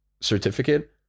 certificate